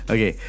Okay